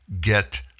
get